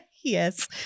Yes